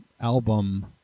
album